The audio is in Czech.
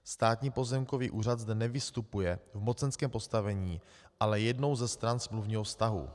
Státní pozemkový úřad zde nevystupuje v mocenském postavení, ale je jednou ze stran smluvního vztahu.